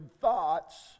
thoughts